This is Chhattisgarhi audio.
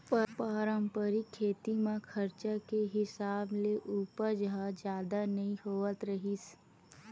पारंपरिक खेती म खरचा के हिसाब ले उपज ह जादा नइ होवत रिहिस